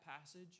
passage